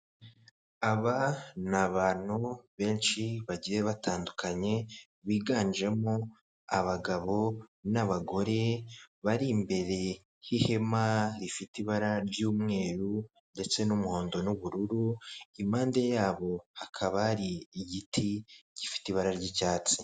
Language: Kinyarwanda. Aba ni abantu benshi bagiye batandukanye, bihanjemo abagabo n'abagore, bari imbere y'ihema rifite ibara ry'umweru ndetse n'umuhondo n'ubururu, impande yabo hakaba hari igiti gifite ibara ry'icyatsi.